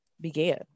began